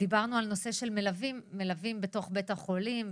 דיברנו על הנושא של מלווים בתוך בית החולים,